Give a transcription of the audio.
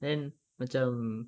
then macam